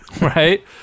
Right